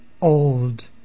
old